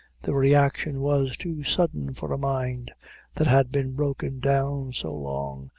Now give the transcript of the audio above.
the reaction was too sudden for a mind that had been broken down so long,